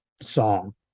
song